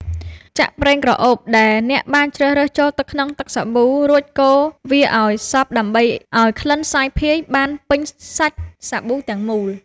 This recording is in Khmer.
ចាក់ប្រេងក្រអូបដែលអ្នកបានជ្រើសរើសចូលទៅក្នុងទឹកសាប៊ូ រួចកូរវាឱ្យសព្វដើម្បីឱ្យក្លិនសាយភាយបានពេញសាច់សាប៊ូទាំងមូល។